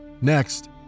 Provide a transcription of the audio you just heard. Next